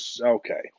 okay